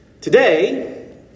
Today